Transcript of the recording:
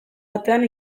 batean